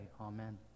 amen